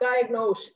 diagnose